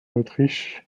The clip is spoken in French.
autriche